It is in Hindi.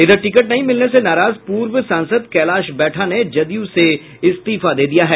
इधर टिकट नहीं मिलने से नाराज पूर्व सांसद कैलाश बैठा ने जदयू से इस्तीफा दे दिया है